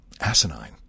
asinine